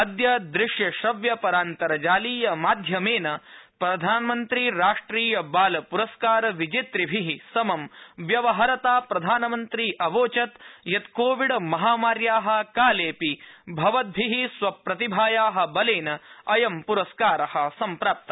अद्य दृश्य श्रव्य परान्तर्जालीय माध्यमेन प्रधानमन्त्री राष्ट्रिय बाल प्रस्कार विजेतृभि समं व्यवहरता प्रधानमन्त्री अवोचत् यत् कोविड महामार्या कालेपि भवन्द्रि स्वप्रतिभाया बलेन अयम् प्रस्कार सम्प्राप्त